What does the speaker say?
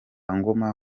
ngoma